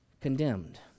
condemned